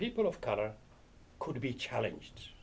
people of color could be challenged